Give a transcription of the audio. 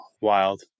wild